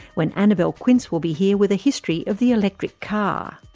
when annabelle quince will be here with a history of the electric car.